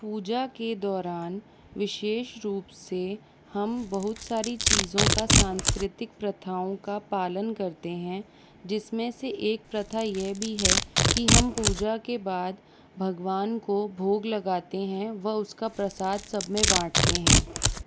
पूजा के दौरान विशेष रूप से हम बहुत सारी चीज़ों का सांस्कृतिक प्रथाओं का पालन करते हैं जिसमें से एक प्रथा यह भी है कि हम पूजा के बाद भगवान को भोग लगाते हैं व उसका प्रसाद सब में बांटते हैं